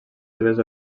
seves